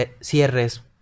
cierres